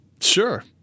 Sure